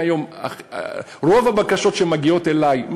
רוב הבקשות שמגיעות אלי,